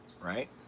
right